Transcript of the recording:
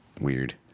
weird